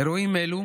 אירועים אלו